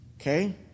Okay